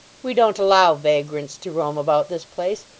we don't allow vagrants to roam about this place.